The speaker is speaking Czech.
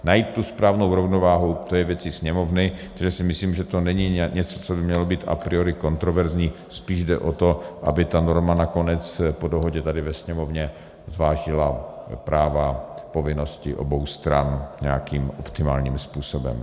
Najít správnou rovnováhu je věcí Sněmovny, protože si myslím, že to není něco, co by mělo být a priori kontroverzní, spíše jde o to, aby ta norma nakonec po dohodě tady ve Sněmovně zvážila práva a povinnosti obou stran nějakým optimálním způsobem.